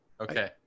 Okay